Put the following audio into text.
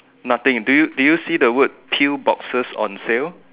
nothing do do you see the word teal boxes on sale